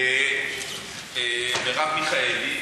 ומרב מיכאלי,